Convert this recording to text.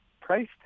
price